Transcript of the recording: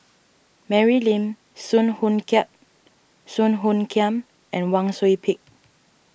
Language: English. Mary Lim Song Hoot Song Hoot Kiam and Wang Sui Pick